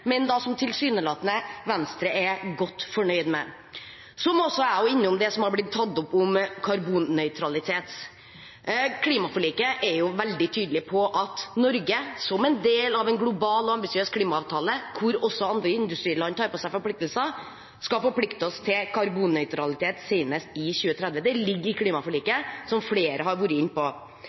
men som Venstre tilsynelatende er godt fornøyd med. Så må også jeg innom det som har blitt tatt opp om karbonnøytralitet. Klimaforliket er veldig tydelig på at Norge – som en del av en global og ambisiøs klimaavtale, hvor også andre industriland tar på seg forpliktelser – skal forplikte seg til karbonnøytralitet senest i 2030. Det ligger i klimaforliket, som flere har vært inne på.